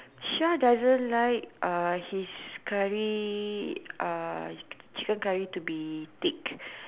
Shah doesn't like uh his curry uh chicken curry to be thick